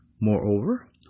Moreover